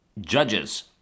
judges